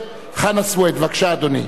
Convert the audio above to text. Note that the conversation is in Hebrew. אני בפעם הבאה אראה,